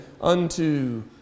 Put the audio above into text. unto